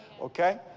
Okay